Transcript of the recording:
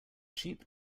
cheap